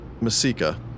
Masika